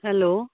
hello